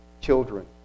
children